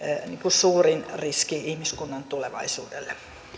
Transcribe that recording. suurin riski ihmiskunnan tulevaisuudelle